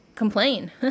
complain